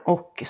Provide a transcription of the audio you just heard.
Och